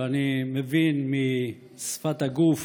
שאני מבין משפת הגוף